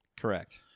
Correct